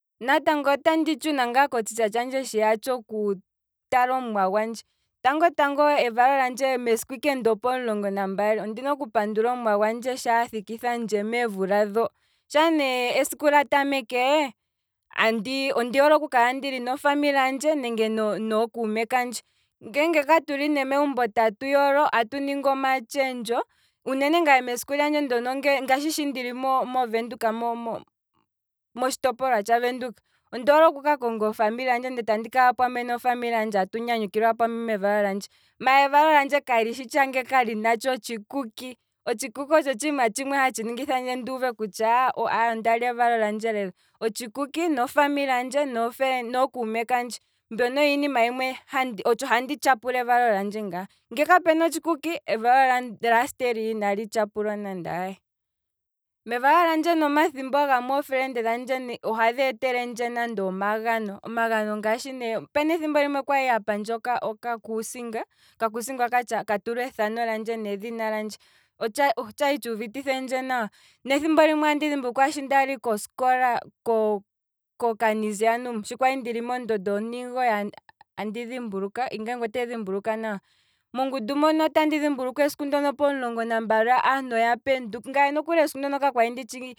Natango otandi tshuna ngaa kotshitsha tshandje shiya tshoku tala omumwa gwandje, tango tango evalo lyandje mesiku ike ndo pomulongo nambali ondina oku pandula omuwa gwandje, esiku ike ndo pomulongo nambali. ondina oku pandula omuwa gwandje sho athiki thandje meevula dho, shaa ne esiku la tameke, ondi hole oku kala ndili nofamily handje nenge nookuume kandje, nge katuli nee megumbo tatu yolo tatu ningi omatshendjo, uunene ngaye esiku landje ndono, ngaashi shi ndili movenduka, mo- mo- motshitopolwa tsha venduka, ondoole oku ka konga ofamily handje ndee tatu nyanyukilwa pamwe nofamily handje mevalo landje, maala evalo lyandje kali shi tsha ngele kalina otshikuki, otshikuki otsho otshiima hatshi monilitha ndje kutya, aye ondalya evalo landje lela, otshikuku, ofamily handje nookuume kandje, mbyono oyo iinima yimwe, otsho handi tyapula evalo lyandje ngaa, nge kapena otshikuki, evalo lyasteria inali tyapulwa nande aye, mevalo lyandje omathimbo gamwe eefelende dhandje ohaya etelendje nande omagano, ngaashi, opena ethimbo limwe kwali ya pandje oka kuusinga, oka kuusinga ka tulwa ethno lyandje nedhina lyandje, otshali tshuuviti thendje nawa. Nethimbo limwe andi dhimbulukwa shi ndali kosiko ko- ko canisianum shi kwali ndili mondondo ontimugoyi ngele otati dhimbulukwa nwa, mongundu mono otandi dhimbulukwa esiku ndono aantu pomulongo nambali oya penduka, ngaye esiku ndono ka kwali nditshi